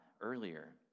earlier